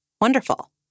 wonderful